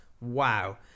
wow